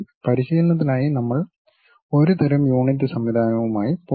പരിശീലനത്തിനായി നമ്മൾ ഒരുതരം യൂണിറ്റ് സംവിധാനവുമായി പോകും